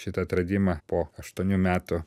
šitą atradimą po aštuonių metų